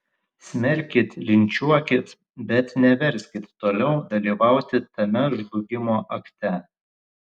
smerkit linčiuokit bet neverskit toliau dalyvauti tame žlugimo akte